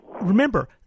remember